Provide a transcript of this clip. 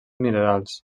minerals